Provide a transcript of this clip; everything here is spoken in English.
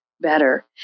better